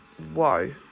whoa